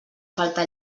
falta